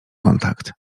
kontakt